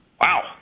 Wow